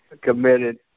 committed